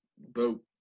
boat